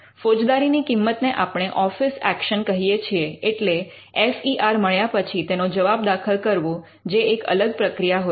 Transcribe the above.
ફોજદારી ની કિંમત ને આપણે ઓફિસ એક્શન કહીએ છીએ એટલે એફ ઈ આર મળ્યા પછી તેનો જવાબ દાખલ કરવો જે એક અલગ પ્રક્રિયા હોય છે